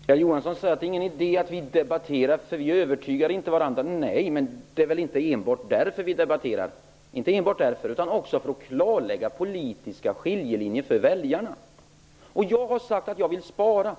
Herr talman! Kjell Johansson säger att det inte är någon idé att vi debatterar eftersom vi inte övertygar varandra. Det gör vi inte, men det är väl inte enbart därför som vi debatterar? Det gör vi också för att klarlägga politiska skiljelinjer för väljarna. Jag har sagt att jag vill spara,